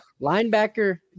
linebacker